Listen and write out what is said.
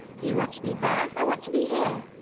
you want to be there. i want to be here.